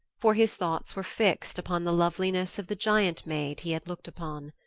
for his thoughts were fixed upon the loveliness of the giant maid he had looked upon.